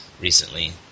recently